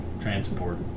transport